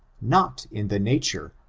not in the nature,